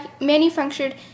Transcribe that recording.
manufactured